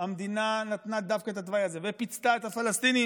המדינה נתנה דווקא את התוואי הזה ופיצתה את הפלסטינים.